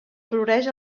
floreix